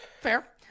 fair